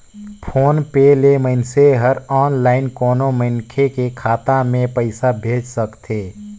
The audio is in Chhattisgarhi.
फोन पे ले मइनसे हर आनलाईन कोनो मनखे के खाता मे पइसा भेज सकथे